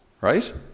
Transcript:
Right